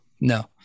No